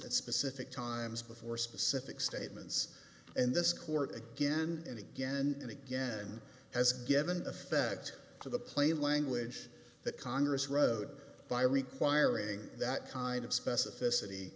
at specific times before specific statements and this court again and again and again has given effect to the plain language that congress rode by requiring that kind of specificity